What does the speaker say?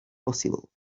possible